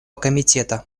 комитета